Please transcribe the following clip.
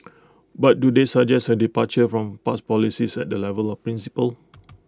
but do they suggest A departure from past policies at the level of principle